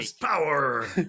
power